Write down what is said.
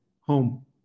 home